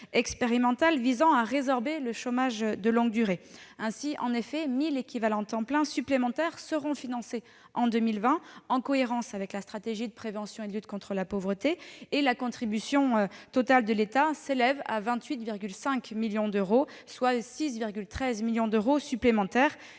visant à résorber le chômage de longue durée. Ainsi, 1 000 équivalents temps plein supplémentaires seront financés en 2020, en cohérence avec la stratégie de prévention et de lutte contre la pauvreté. La contribution totale de l'État s'élève à 28,5 millions d'euros, soit 6,13 millions d'euros de plus